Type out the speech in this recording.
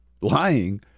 lying